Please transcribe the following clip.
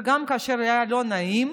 וגם כאשר היה לא נעים,